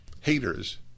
haters